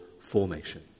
formation